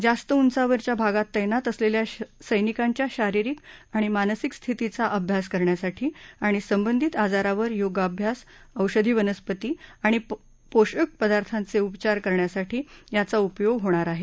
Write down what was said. जास्त उंचावरच्या भागात तैनात असलेल्या सैनिकांच्या शारीरिक आणि मानसिक स्थितीचा अभ्यास करण्यासाठी आणि संदंधित आजारांवर योगाभ्यास औषधी वनस्पती आणि पोषक पदार्थांचे उपचार करण्यासाठी त्याचा उपयोग होणार आहे